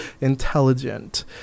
intelligent